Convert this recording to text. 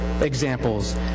examples